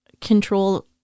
control